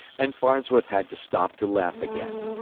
and farnsworth had to stop to laugh again.